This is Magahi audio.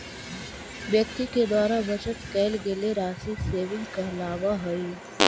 व्यक्ति के द्वारा बचत कैल गेल राशि सेविंग कहलावऽ हई